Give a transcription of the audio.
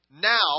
now